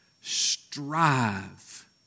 strive